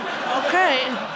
Okay